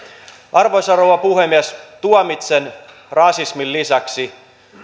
arvoisa rouva puhemies tuomitsen rasismin lisäksi